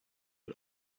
but